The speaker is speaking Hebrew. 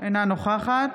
אינה נוכחת